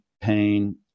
pain